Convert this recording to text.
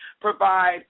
provide